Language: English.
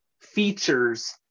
features